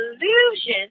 illusion